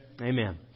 Amen